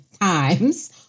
times